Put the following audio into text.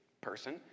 person